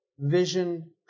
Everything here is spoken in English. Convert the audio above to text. Vision